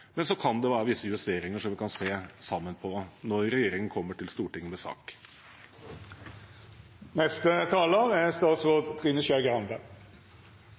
Men så kan det være visse justeringer som vi kan se på sammen, når regjeringen kommer til Stortinget med en sak.